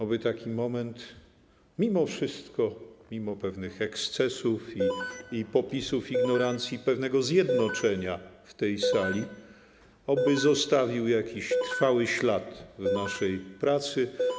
Oby taki moment mimo wszystko, mimo pewnych ekscesów i popisów ignorancji i pewnego zjednoczenia w tej sali, zostawił jakiś trwały ślad w naszej pracy.